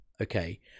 Okay